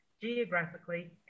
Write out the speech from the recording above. geographically